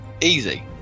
easy